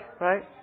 right